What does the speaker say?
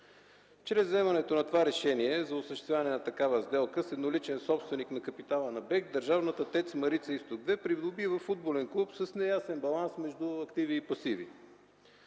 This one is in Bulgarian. Чрез вземането на това решение за осъществяване на такава сделка с едноличен собственик на капитала на БЕХ държавната ТЕЦ „Марица изток 2” придобива футболен клуб с неясен баланс между активи и пасиви.